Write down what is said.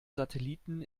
satelliten